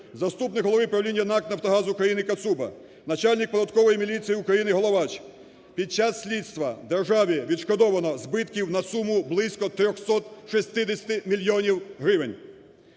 заступник голови правління НАК "Нафтогаз України" Кацуба, начальник податкової міліції України Головач. Під час слідства державі відшкодовано збитків на суму близько 360 мільйонів гривень.